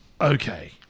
Okay